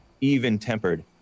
even-tempered